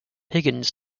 higgins